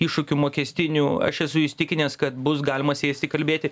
iššūkių mokestinių aš esu įsitikinęs kad bus galima su jais kalbėti